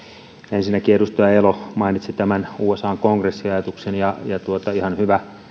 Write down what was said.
ensinnäkin edustaja elo mainitsi tämän usan kongressin ajatuksen ja on ihan hyvä